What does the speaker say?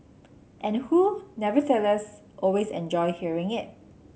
and who nevertheless always enjoy hearing it